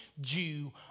Jew